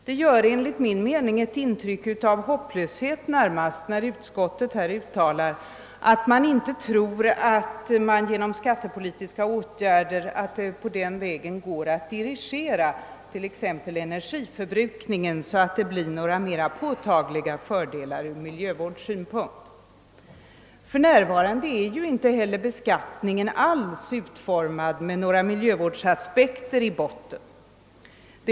Det gör enligt min mening ett intryck närmast av hopplöshet när utskottet säger att man inte tror att det är möjligt att genom skattepolitiska åtgärder dirigera t.ex. energiförbrukningen så att det blir några mera påtagliga fördelar ur miljövårdssynpunkt. För närvarande är ju beskattningen inte alls utformad med några miljövårdsaspekter i botten.